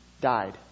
died